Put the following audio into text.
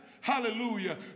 Hallelujah